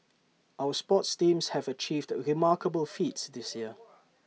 our sports teams have achieved remarkable feats this year